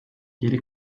geri